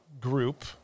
group